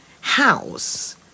house